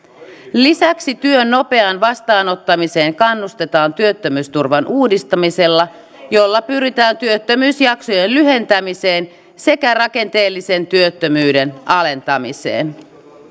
lisäksi työn nopeaan vastaanottamiseen kannustetaan työttömyysturvan uudistamisella jolla pyritään työttömyysjaksojen lyhentämiseen sekä rakenteellisen työttömyyden alentamiseen